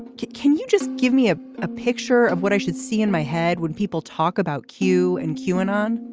can you just give me a ah picture of what i should see in my head when people talk about q and q and um